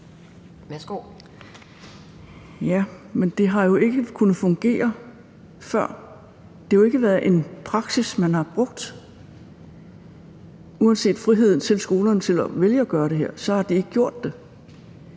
Men det har jo ikke fungeret før. Det har jo ikke været en praksis, man har brugt. Uanset friheden for skolerne til at vælge at gøre det her har de ikke gjort det.